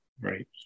Right